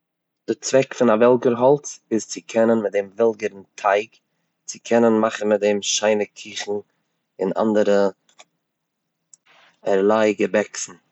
די צוועק פון א וועלגער האלץ איז צו קענען מיט דעם וועלגערן טייג, צו קענען מאכן מיט דעם שיינע קוכן און אנדערע ערליי געבעקסן.